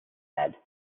said